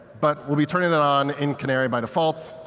but we'll be turning it on in canary by defaults